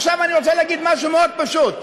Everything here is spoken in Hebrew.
עכשיו, אני רוצה להגיד משהו מאוד פשוט: